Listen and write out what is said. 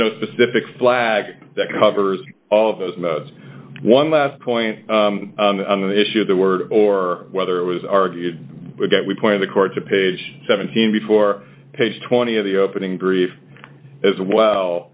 no specific flag that covers all of those modes one last point on the issue of the word or whether it was argued that we point the court to page seventeen before page twenty of the opening brief as well